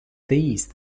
these